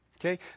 okay